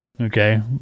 Okay